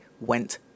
went